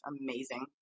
amazing